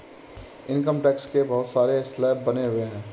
income tax के बहुत सारे स्लैब बने हुए हैं